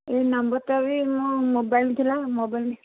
ଏ ନମ୍ବରଟା ବି ମୋ ମୋବାଇଲ୍ ଥିଲା ମୋବାଇଲ୍